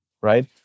right